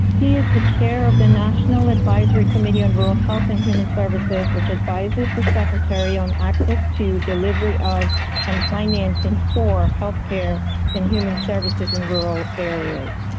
he is the chair of the national advisory committee on rural health and human services which advises the secretary on access to delivery of and financing for health care and human services in rural areas.